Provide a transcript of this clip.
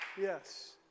Yes